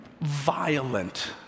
violent